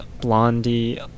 blondie